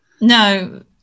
no